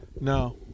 No